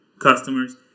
customers